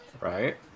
Right